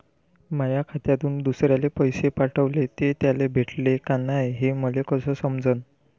माया खात्यातून दुसऱ्याले पैसे पाठवले, ते त्याले भेटले का नाय हे मले कस समजन?